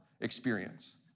experience